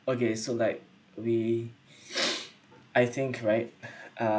okay so like we I think right uh